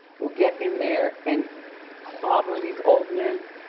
will get in there and clobber these old men?